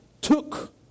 took